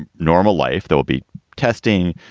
normal life. there will be testing,